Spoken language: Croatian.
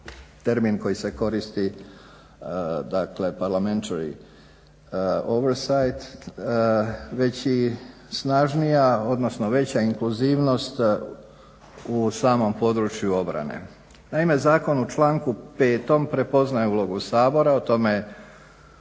termin koji se koristi parlamentary oversight, već i snažnija odnosno veća inkluzivnost u samom području obrane. Naime, zakon u članku 5. prepoznaje ulogu Sabora, o tome